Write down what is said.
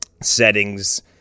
settings